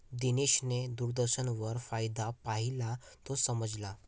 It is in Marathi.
दिनेशने दूरदर्शनवर फायदा पाहिला, तो समजला